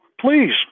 please